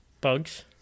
Bugs